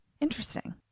interesting